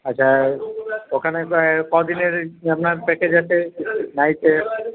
আচ্ছা ওখানে তো কদিনের আপনার প্যাকেজ আছে নাইটে